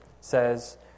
says